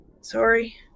Sorry